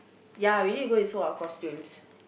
ya we need to go and sew our costumes